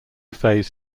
phase